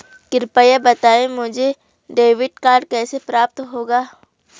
कृपया बताएँ मुझे डेबिट कार्ड कैसे प्राप्त होगा?